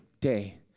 day